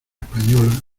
española